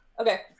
Okay